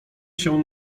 się